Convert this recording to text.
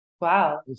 Wow